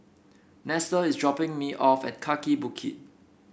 Nestor is dropping me off at Kaki Bukit